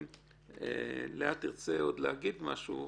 ואם לאה תרצה להגיד עוד משהו,